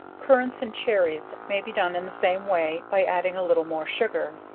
currants and cherries may be done in the same way, by adding a little more sugar.